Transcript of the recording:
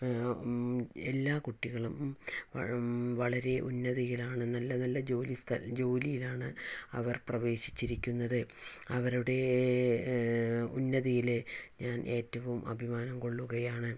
എല്ലാ കുട്ടികളും വളരെ ഉന്നതിയിൽ ആണ് നല്ല നല്ല ജോലി സ്ഥല ജോലിയിൽ ആണ് അവർ പ്രവേശിച്ചിരിക്കുന്നത് അവരുടെ ഉന്നതിയിൽ ഞാൻ ഏറ്റവും അഭിമാനം കൊള്ളുകയാണ്